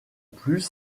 plus